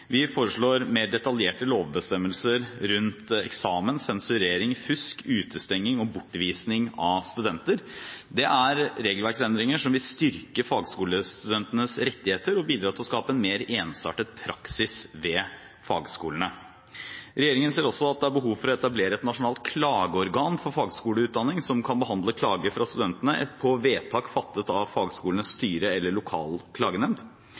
Vi foreslår mer detaljerte lovbestemmelser rundt eksamen, sensurering, fusk, utestenging og bortvisning av studenter. Det er regelverksendringer som vil styrke fagskolestudentenes rettigheter og bidra til å skape en mer ensartet praksis ved fagskolene. Regjeringen ser også at det er behov for å etablere et nasjonalt klageorgan for fagskoleutdanning, som kan behandle klager fra studentene på vedtak fattet av fagskolenes styre eller lokal klagenemnd.